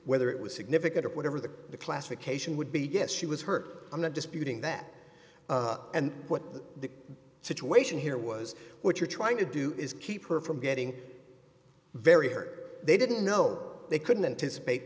whether it was significant or whatever the classification would be yes she was hurt i'm not disputing that and what the situation here was what you're trying to do is keep her from getting very rare they didn't know they couldn't anticipate